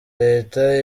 leta